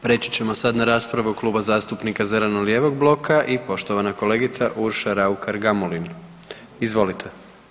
Preći ćemo sad na raspravu Kluba zastupnika zeleno-lijevog bloka i poštivana kolegica Urša Raukar-Gamulin, izvolite.